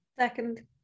Second